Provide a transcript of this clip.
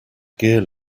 gear